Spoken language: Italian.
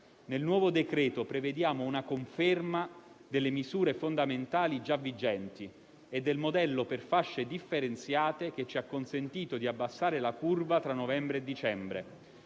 Nel nuovo decreto prevediamo una conferma delle misure fondamentali già vigenti e del modello per fasce differenziate, che ci ha consentito di abbassare la curva tra novembre e dicembre.